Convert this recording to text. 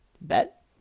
bet